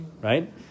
right